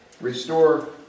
Restore